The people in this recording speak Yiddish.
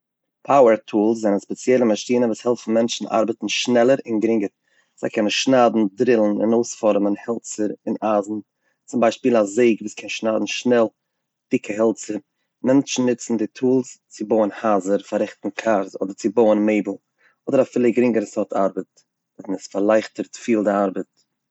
פאוער טולס זענען ספעציעלע מאשינען וואס העלפן מענטשן ארבעטן שנעלער און גרינגער, זיי קענען שניידן, דרילן און אויספארעמען העלצער און אייזן, צום ביישפיל א זעג וואס קען שניידן שנעל דיקע העלצער, מענטשן נוצן די טולס צו בויען הייזער, פאררעכטן קארס אדער צו בויען מעבל, אדער אפילו גרינגערע סארט ארבעט, און עס פארלייכטערט פיל די ארבעט.